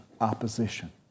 opposition